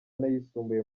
n’ayisumbuye